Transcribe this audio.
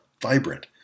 Vibrant